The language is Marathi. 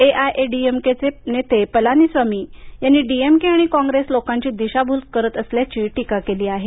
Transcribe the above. एआयएडीएमकेचे नेते पलानीस्वामी यांनीडीएमके आणि कॉंग्रेस लोकांची दिशाभूल करत असल्याची टीका केली आहे